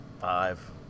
five